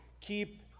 keep